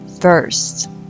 first